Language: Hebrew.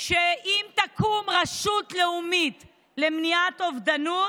שאם תקום רשות לאומית למניעת אובדנות,